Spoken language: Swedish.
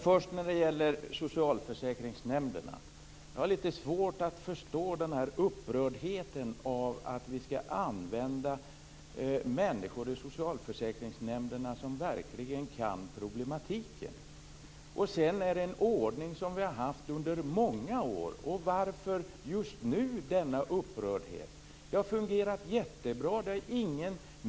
Herr talman! Jag har litet svårt att förstå upprördheten över att vi skall använda människor i socialförsäkringsnämnderna som verkligen kan problematiken. Det är ju en ordning som vi har haft under många år. Varför just nu denna upprördhet? Det har ju fungerat mycket bra.